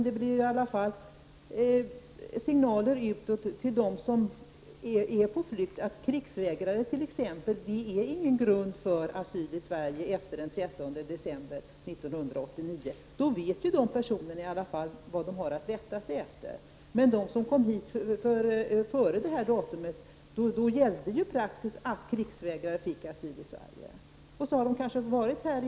Det ger ändå signaler till dem som är på flykt, t.ex. om att krigsvägran inte är grund för asyl i Sverige efter den 13 december 1989. Då vet de personerna vad de har att rätta sig efter. Före detta datum var det praxis att krigsvägrare som kom till Sverige fick asyl här.